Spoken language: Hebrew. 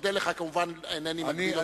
כמובן, אינני מגביל אותך.